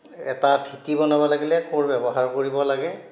এটা ভেটি বনাব লাগিলে কোৰ ব্যৱহাৰ কৰিব লাগে